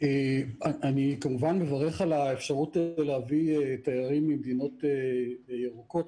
אני כמובן מברך על האפשרות להביא תיירים ממדינות ירוקות,